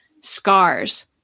Scars